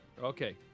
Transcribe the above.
Okay